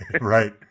right